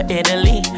italy